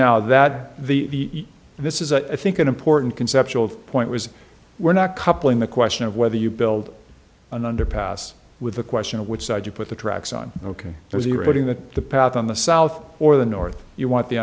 now that the this is a think an important conceptual point was we're not coupling the question of whether you build an underpass with a question of which side you put the tracks on ok there's the reading that the path on the south or the north you want the